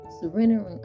surrendering